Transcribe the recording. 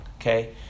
okay